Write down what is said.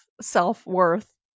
self-worth